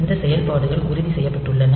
இந்த செயல்பாடுகள் உறுதி செய்யப்பட்டுள்ளன